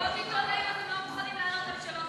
במסיבות עיתונאים אתם לא מוכנים לענות על שאלות,